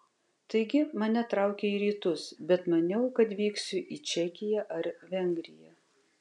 taigi mane traukė į rytus bet maniau kad vyksiu į čekiją ar vengriją